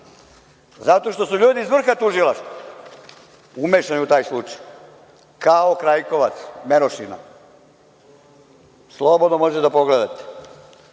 Zato što su ljudi iz vrha tužilaštva umešani u taj slučaj, kao Krajkovac, Merošina. Slobodno možete da pogledate.